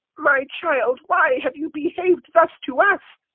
my child, why have you behaved thus to us?